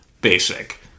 basic